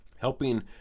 helping